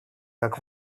как